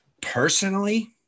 Personally